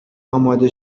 آماده